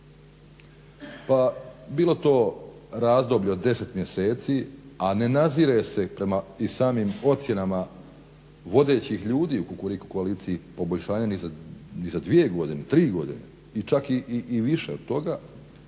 Pa bilo to razdoblje od 10 mjeseci, a ne nazire prema samim ocjenama vodećih ljudi u Kukuriku koaliciji poboljšanje ni za dvije godine, tri godine i čak i više od toga